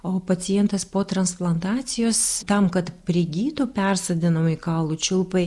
o pacientas po transplantacijos tam kad prigytų persodinami kaulų čiulpai